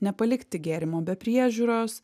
nepalikti gėrimo be priežiūros